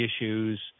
issues